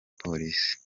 polisi